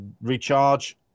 recharge